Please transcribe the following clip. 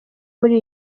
muri